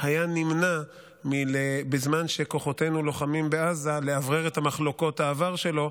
היה נמנע בזמן שכוחותינו לוחמים בעזה לאוורר את מחלוקות העבר שלו,